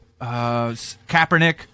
Kaepernick